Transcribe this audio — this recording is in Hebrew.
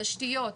תשתיות,